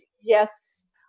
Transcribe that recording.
yes